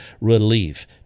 relief